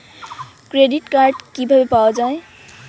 Credit card কিভাবে পাওয়া য়ায়?